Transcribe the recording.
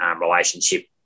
relationship